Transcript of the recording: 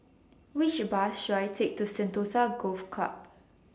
Which Bus should I Take to Sentosa Golf Club